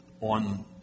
on